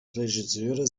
regisseure